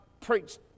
preached